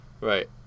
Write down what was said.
Right